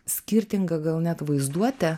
skirtinga gal net vaizduote